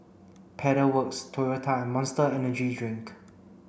Pedal Works Toyota Monster Energy Drink